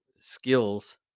skills